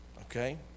Okay